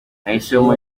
nahisemo